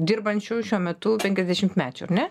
dirbančių šiuo metu penkiasdešimtmečių ar ne